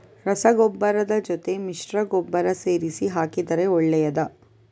ರಸಗೊಬ್ಬರದ ಜೊತೆ ಮಿಶ್ರ ಗೊಬ್ಬರ ಸೇರಿಸಿ ಹಾಕಿದರೆ ಒಳ್ಳೆಯದಾ?